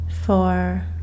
Four